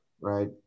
Right